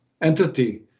entity